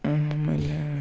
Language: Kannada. ಆಮೇಲೆ